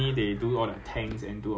there is err Australia